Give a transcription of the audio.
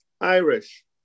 Irish